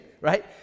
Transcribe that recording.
right